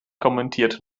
kommentiert